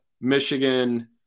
Michigan